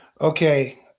okay